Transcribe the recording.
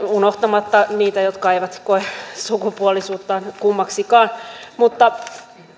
unohtamatta niitä jotka eivät koe sukupuolisuuttaan kummaksikaan mutta